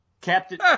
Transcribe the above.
Captain